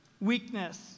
weakness